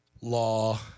law